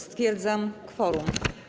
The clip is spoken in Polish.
Stwierdzam kworum.